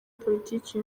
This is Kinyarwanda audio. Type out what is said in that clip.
politiki